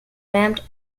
ramat